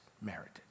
merited